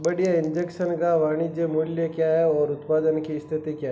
बढ़िया इंजेक्शन का वाणिज्यिक मूल्य क्या है और उत्पादन की स्थिति क्या है